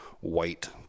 white